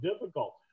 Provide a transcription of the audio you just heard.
difficult